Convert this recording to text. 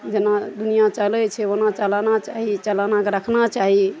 जेना दुनिऑं चलै छै ओना चलबाक चाही चलानाके रखना चाही